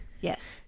Yes